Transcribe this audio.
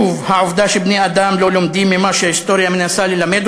שוב: העובדה שבני-אדם לא לומדים ממה שההיסטוריה מנסה ללמד